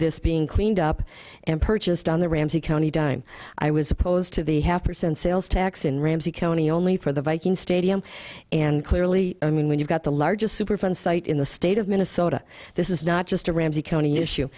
this being cleaned up and purchased on the ramsey county dime i was opposed to the half percent sales tax in ramsey county only for the viking stadium and clearly i mean when you've got the largest superfund site in the state of minnesota this is not just a ramsey county issue